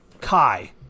Kai